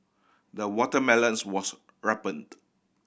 the watermelons was ripened